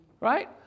right